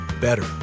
better